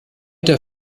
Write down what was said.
der